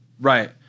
Right